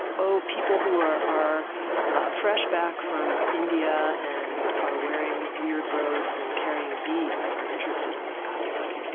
oh, people who are are fresh back from india and are wearing weird robes and carrying beads are interested in this kind of thing